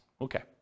Okay